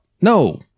no